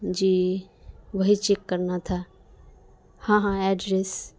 جی وہی چیک کرنا تھا ہاں ہاں ایڈریس